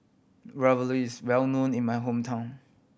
Ravioli is well known in my hometown